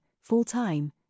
full-time